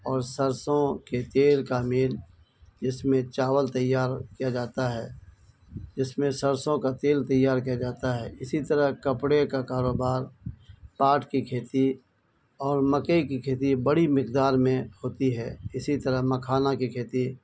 اور سرسوں کے تیل کا میل جس میں چاول تیار کیا جاتا ہے جس میں سرسوں کا تیل تیار کیا جاتا ہے اسی طرح کپڑے کا کاروبار پاٹ کی کھیتی اور مکئی کی کھیتی بڑی مقدار میں ہوتی ہے اسی طرح مکھانہ کی کھیتی